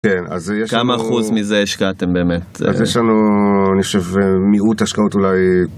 כן, אז יש לנו... כמה אחוז מזה השקעתם באמת? אז יש לנו, אני חושב, מיעוט השקעות אולי.